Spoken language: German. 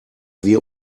wir